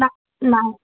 ନାଇଁ